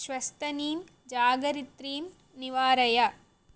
श्वस्तनीं जागरित्रीं निवारय